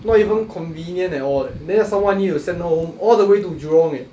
not even convenient at all eh then some more I need to send her home all the way to jurong eh